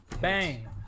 Bang